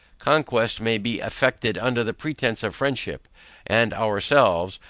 conquest may be effected under the pretence of friendship and ourselves,